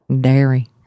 Dairy